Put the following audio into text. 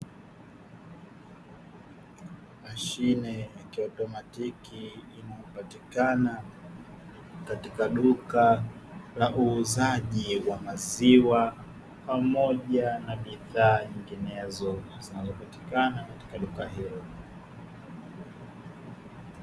Mashine ya kiautomatiki, inayopatikana katika duka la uuzaji wa maziwa pamoja na bidhaa nyinginezo, zinazopatikana katika duka hilo.